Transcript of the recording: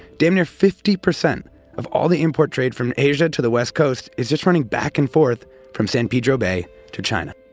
damn near fifty percent of all the import trade from asia to the west coast is just running back and forth from san pedro bay to china